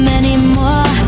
anymore